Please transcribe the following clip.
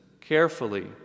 carefully